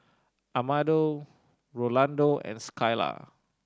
Amado Rolando and Skyla